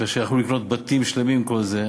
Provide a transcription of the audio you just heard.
כאשר יכלו לבנות בתים שלמים בכל זה.